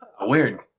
Weird